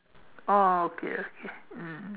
oh okay okay mm